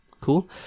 Cool